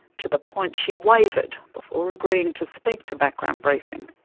to the point she wavered before agreeing to speak to background briefing.